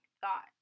thought